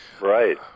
Right